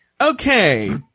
Okay